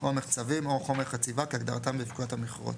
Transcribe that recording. או מחצבים או חומר חציבה כהגדרתם בפקודת המכרות,